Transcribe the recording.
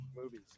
movies